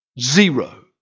Zero